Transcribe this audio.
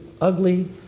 ugly